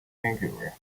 vancouver